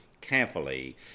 carefully